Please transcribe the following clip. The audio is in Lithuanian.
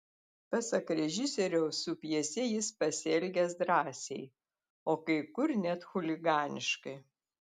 pasak režisieriaus su pjese jis pasielgęs drąsiai o kai kur net chuliganiškai